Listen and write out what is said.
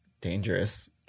dangerous